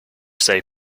say